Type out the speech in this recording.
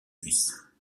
suisses